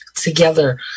together